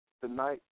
Tonight